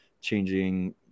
changing